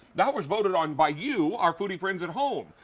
that was voted on by you, are foodie friends at home,